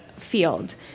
field